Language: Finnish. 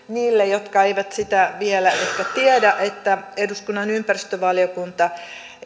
niille jotka eivät sitä vielä ehkä tiedä että eduskunnan ympäristövaliokunta